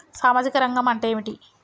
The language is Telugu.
సామాజిక రంగం అంటే ఏమిటి?